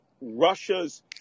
Russia's